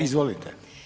Izvolite.